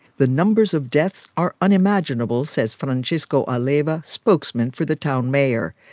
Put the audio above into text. the numbers of deaths are unimaginable, says francesco alleva, spokesman for the town mayor,